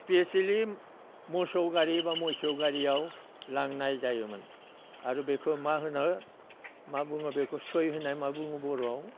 especially मोसौ गारि बा मोसौ गारियाव लांनाय जायोमोन आरो बेखौ मा होनो मा बुङो बेखौ सय होननाय मा बुङो बर'आव